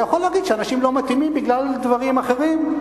אתה יכול להגיד שאנשים לא מתאימים בגלל דברים אחרים.